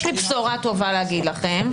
יש לי בשורה טובה להגיד לכם,